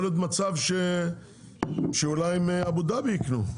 יכול להיות מצב שאולי אבו דאבי ייקנו,